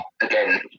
again